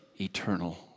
Eternal